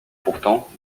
pourtant